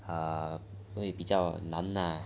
uh 会比较难啦